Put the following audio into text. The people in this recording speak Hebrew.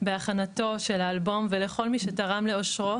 בהכנתו של האלבום ולכל מי שתרם לעושרו